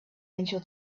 angel